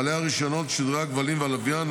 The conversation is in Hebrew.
בעלי רישיונות שידורי הכבלים והלוויין,